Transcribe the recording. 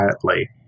quietly